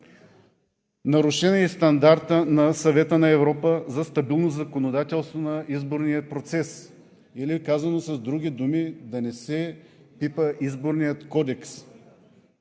Нарушен е и стандартът на Съвета на Европа за стабилно законодателство на изборния процес или казано с други думи да не се пипа Изборният кодекс.